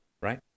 right